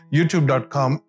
YouTube.com